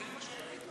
וזה יעבור?